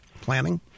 planning